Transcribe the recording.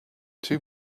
two